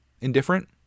indifferent